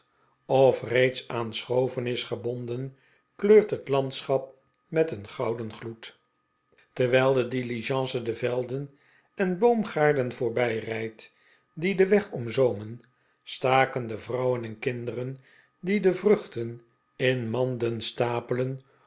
of reeds aan schooven is gebonden kleurt het landschap met een gouden gloed terwijl de diligence de velden en boomgaarden voorbijrijdt die den weg omzoomen staken de vrouwen en kinderen die de vruchten in manden stapelen